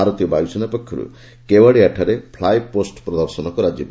ଭାରତୀୟ ବାୟୁସେନା ପକ୍ଷରୁ କେଓ୍ପାଡିଆଠାରେ ଫ୍ଲାଏପୋଷ୍ଟ ପ୍ରଦର୍ଶନ କରାଯିବ